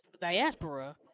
diaspora